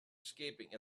escaping